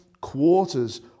quarters